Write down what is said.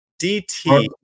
DT